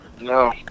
No